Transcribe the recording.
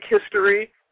history